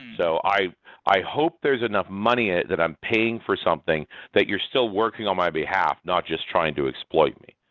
so i i hope there's enough money ah that i'm paying for something that you're still working on my behalf, not just trying to exploit me.